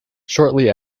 shortly